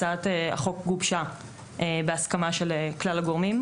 הצעת החוק גובשה בהסכמה של כלל הגורמים,